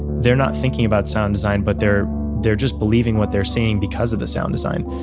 they're not thinking about sound design, but they're they're just believing what they're seeing because of the sound design.